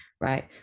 right